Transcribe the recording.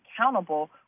accountable